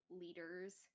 leaders